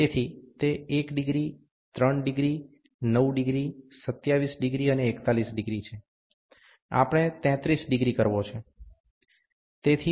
તેથી તે 1° 3° 9° 27° અને 41° છે આપણે 33° કરવો છે